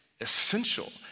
essential